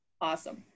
Awesome